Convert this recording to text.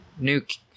Nuke